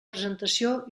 presentació